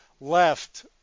left